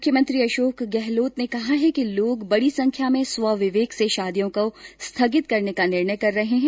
मुख्यमंत्री अशोक गहलोत ने कहा है कि लोग बडी संख्या में स्वविवेक से शादियों का स्थगित करने का निर्णय कर रहे हैं